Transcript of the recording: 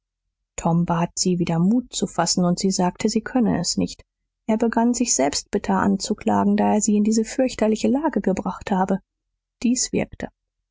tom bat sie wieder mut zu fassen und sie sagte sie könne es nicht er begann sich selbst bitter anzuklagen da er sie in diese fürchterliche lage gebracht habe dies wirkte